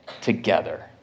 together